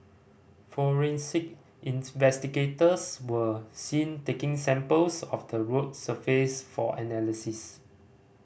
forensic investigators were seen taking samples of the road surface for analysis